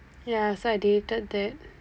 ya so I deleted that